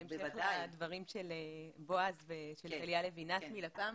בהמשך לדברים של בועז ושל טליה לוינס מלפ"מ.